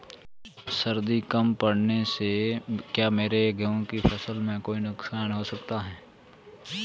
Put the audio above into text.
सर्दी कम पड़ने से क्या मेरे गेहूँ की फसल में कोई नुकसान हो सकता है?